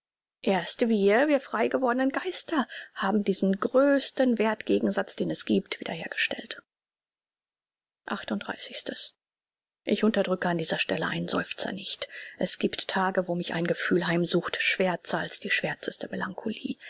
erst wir wir freigewordnen geister haben diesen größten werth gegensatz den es giebt wiederhergestellt ich unterdrücke an dieser stelle einen seufzer nicht es giebt tage wo mich ein gefühl heimsucht schwärzer als die schwärzeste melancholie